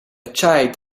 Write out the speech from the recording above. child